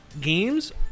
games